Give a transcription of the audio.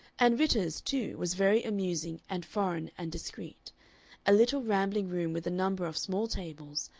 and ritter's, too, was very amusing and foreign and discreet a little rambling room with a number of small tables,